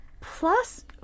plus